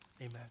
Amen